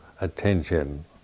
attention